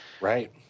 Right